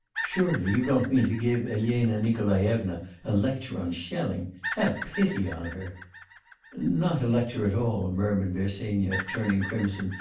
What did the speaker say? surely you don't mean to give elena nikolaevna a lecture on schelling? have pity on her not a lecture at all murmured bersenyev, turning crimson.